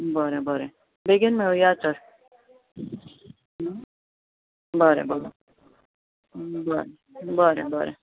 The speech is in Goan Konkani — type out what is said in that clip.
बरें बरें बेगीन मेळुया तर बरें बरें बरें बरें बरें